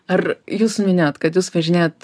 ar jūs jau minėjot kad jūs važinėjat